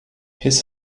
his